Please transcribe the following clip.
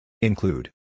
Include